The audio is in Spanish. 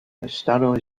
estado